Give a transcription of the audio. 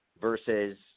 versus